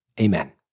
Amen